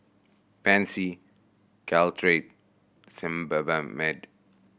Pansy Caltrate mad